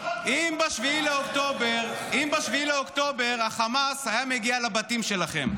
------ אם ב-7 באוקטובר החמאס היה מגיע לבתים שלכם,